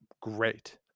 great